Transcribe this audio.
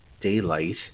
Daylight